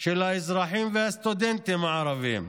של האזרחים והסטודנטים הערבים,